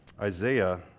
Isaiah